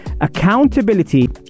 accountability